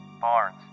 Barnes